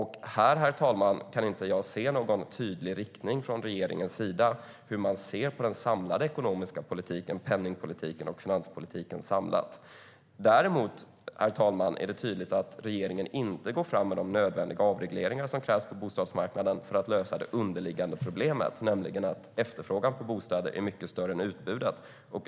Här kan jag inte se någon tydlig inriktning från regeringens sida för hur man ser på den samlade ekonomiska penningpolitiken och finanspolitiken. Däremot, herr talman, är det tydligt att regeringen inte går fram med de nödvändiga avregleringar som krävs på bostadsmarknaden för att lösa det underliggande problemet, nämligen att efterfrågan på bostäder är mycket större än utbudet.